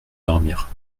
dormir